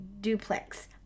duplex